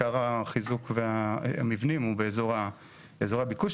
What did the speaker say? עיקר החיזוק והמבנים הוא באזור הביקוש,